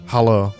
Hello